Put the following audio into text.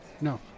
No